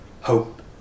hope